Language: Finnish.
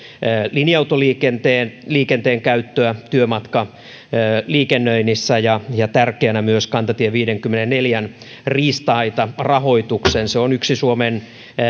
linja autoliikenteen käyttöä työmatkaliikennöinnissä tärkeänä näen myös kantatie viidenkymmenenneljän riista aitarahoituksen se on yksi suomen